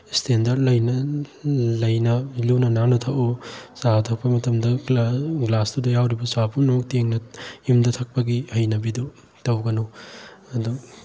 ꯏꯁꯇꯦꯟꯗ꯭ꯔꯠ ꯂꯩꯅ ꯂꯩꯅ ꯂꯨꯅ ꯅꯥꯟꯅ ꯊꯛꯎ ꯆꯥ ꯊꯛꯄ ꯃꯇꯝꯗ ꯒꯂꯥꯁꯇꯨꯗ ꯌꯥꯎꯔꯤꯕ ꯆꯥ ꯄꯨꯝꯅꯃꯛ ꯇꯦꯡꯅ ꯌꯨꯝꯗ ꯊꯛꯄꯒꯤ ꯍꯩꯅꯕꯤꯗꯨ ꯇꯧꯒꯅꯨ ꯑꯗꯨ